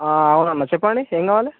అవునమ్మా చెప్పండి ఏం కావాలి